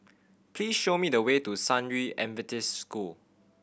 please show me the way to San Yu Adventist School